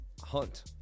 hunt